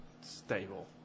Stable